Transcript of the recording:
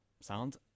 sound